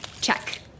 Check